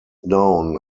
known